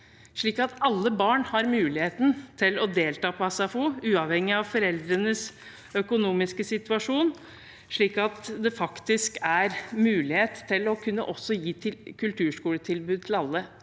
slik at alle barn har mulighet til å delta på SFO uavhengig av foreldrenes økonomiske situasjon. Det gir mulighet til å kunne gi kulturskoletilbud til alle